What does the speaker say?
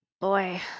Boy